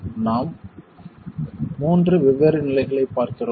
நாம் மூன்று வெவ்வேறு நிலைகளைப் பார்க்கிறோம்